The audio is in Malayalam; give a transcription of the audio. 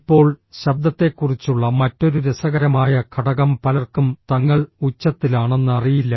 ഇപ്പോൾ ശബ്ദത്തെക്കുറിച്ചുള്ള മറ്റൊരു രസകരമായ ഘടകം പലർക്കും തങ്ങൾ ഉച്ചത്തിലാണെന്ന് അറിയില്ല